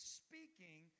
speaking